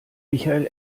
michael